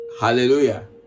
Hallelujah